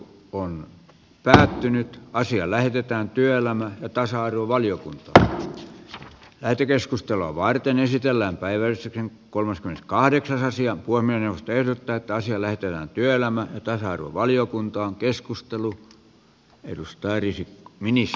puhemiesneuvosto ehdottaa että asia lähetetään työelämä ja tasa arvovalio taa lähetekeskustelua varten esitellään päiväys ja kolmas kahdeksansia voimme tehdä tätä asiaa löytyy työelämän tasa arvovaliokuntaan